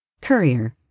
Courier